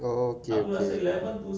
oh okay okay